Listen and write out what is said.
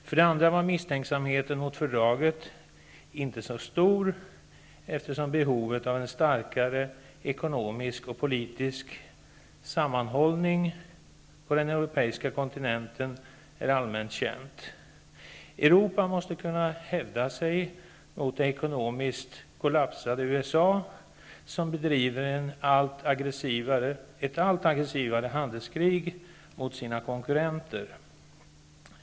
För det andra var misstänksamheten mot fördraget inte så stor, eftersom behovet av en starkare ekonomisk och politisk sammanhållning på den europeiska kontinenten är allmänt känt. Europa måste kunna hävda sig mot det ekonomiskt kollapsande USA, som bedriver ett allt aggressivare handelskrig mot sina konkurrenter.